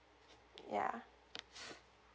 ya